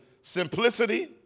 simplicity